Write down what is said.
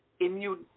immune